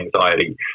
anxiety